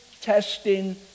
testing